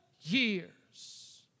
years